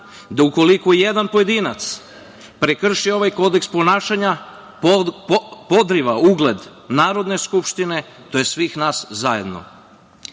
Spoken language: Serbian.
da ukoliko jedan pojedinac prekrši ovaj kodeks ponašanja podriva ugled Narodne skupštine tj. svih nas zajedno. Naše